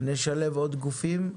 נשלב גופים נוספים.